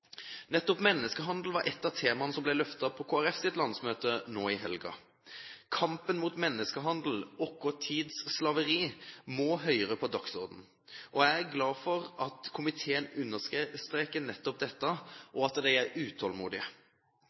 Nettopp menneskehandel var et av temaene som ble løftet på Kristelig Folkepartis landsmøte nå i helgen. Kampen mot menneskehandel, vår tids slaveri, må høyere på dagsordenen. Jeg er glad for at komiteen understreker nettopp dette, og at de er utålmodige.